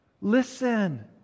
listen